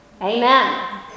Amen